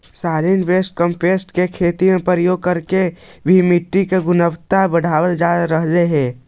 solid waste compost को खेती में प्रयोग करके भी मिट्टी की गुणवत्ता बढ़ावाल जा रहलइ हे